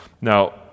Now